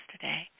today